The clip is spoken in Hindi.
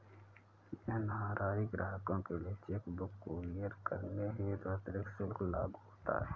एन.आर.आई ग्राहकों के लिए चेक बुक कुरियर करने हेतु अतिरिक्त शुल्क लागू होता है